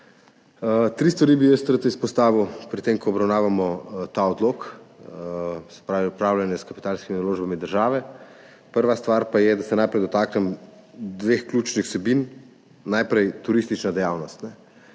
izpostavil tri stvari pri tem, ko obravnavamo ta odlok, se pravi upravljanje s kapitalskimi naložbami države. Prva stvar pa je, da se najprej dotaknem dveh ključnih vsebin. Najprej turistična dejavnost.